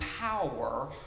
power